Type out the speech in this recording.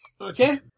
Okay